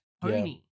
pony